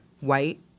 white